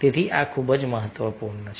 તેથી આ ખૂબ જ મહત્વપૂર્ણ છે